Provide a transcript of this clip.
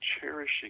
cherishing